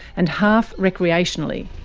and half recreationally,